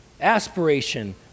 Aspiration